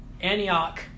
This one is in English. Antioch